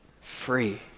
free